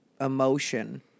emotion